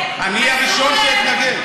אני אהיה הראשון שיתנגד.